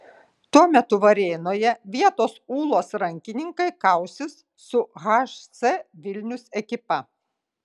tuo metu varėnoje vietos ūlos rankininkai kausis su hc vilnius ekipa